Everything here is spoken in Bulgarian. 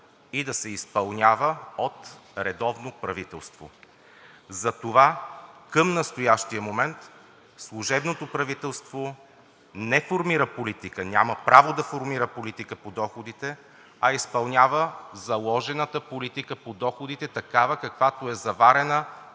и да се изпълнява от редовно правителство. Затова към настоящия момент служебното правителство не формира политика, няма право да формира политика по доходите, а изпълнява заложената политика по доходите такава, каквато е заварена